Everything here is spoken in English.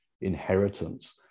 inheritance